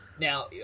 Now